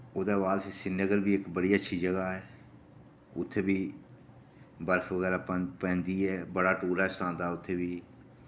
ओह्दे बाद श्रीनगर बी इक बड़ी अच्छी जगह ऐ उत्थे बी बर्फ बगैरा प पैंदी ऐ बड़ा टूरिस्ट आंदा उत्थे बी